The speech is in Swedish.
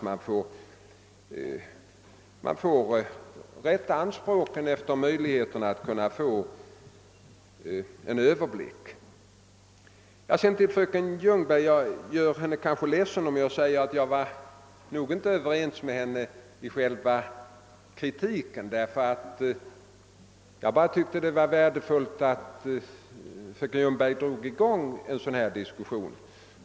Man får rätta anspråken efter möjligheterna att få en överblick. Jag gör kanske fröken Ljungberg ledsen om jag säger att jag inte var överens med henne beträffande själva kritiken, jag tyckte bara att det var värdefullt att fröken Ljungberg satte i gång en diskussion.